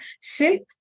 silk